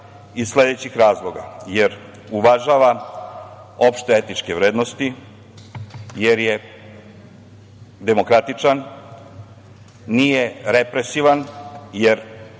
iz sledećih razloga – uvažava opšte etičke vrednosti, jer je demokratičan, nije represivan, jer,